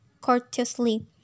courteously